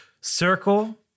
circle